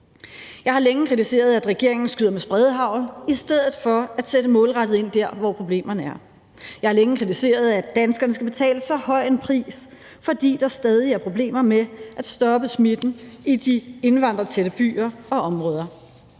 Jeg har længe kritiseret, at regeringen skyder med spredehagl i stedet for at sætte målrettet ind der, hvor problemerne er. Jeg har længe kritiseret, at danskerne skal betale så høj en pris, fordi der stadig er problemer med at stoppe smitten i de indvandrertætte byer og områder.